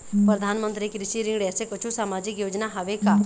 परधानमंतरी कृषि ऋण ऐसे कुछू सामाजिक योजना हावे का?